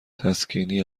تسکینی